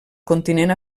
continent